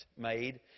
made